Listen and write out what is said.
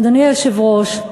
אדוני היושב-ראש,